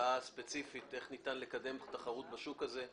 הצעה ספציפית איך ניתן לקדם את התחרות בשוק הזה.